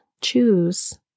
choose